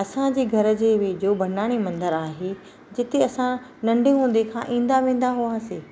असांजे घर जे वेझो बनाणी मंदरु आहे जिते असां नंढे हूंदे खां ईंदा वेंदा हुआसीं